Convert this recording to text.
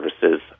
services